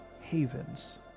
havens